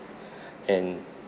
and